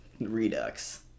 Redux